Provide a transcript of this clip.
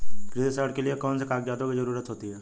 कृषि ऋण के लिऐ कौन से कागजातों की जरूरत होती है?